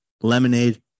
lemonade